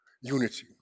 unity